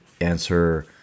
answer